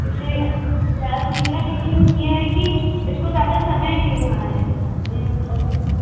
इस लिए प्रयास नहीं किया लेकिन ये है कि इसको ज़्यादा समय नहीं हुआ है और